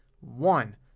One